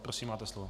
Prosím, máte slovo.